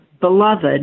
beloved